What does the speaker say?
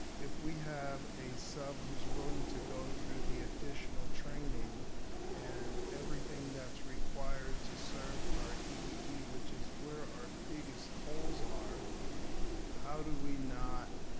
if we have a sub who's willing to go through the additional training and everything that's required to serve our ebd which is where our biggest holes are how do we not